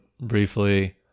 briefly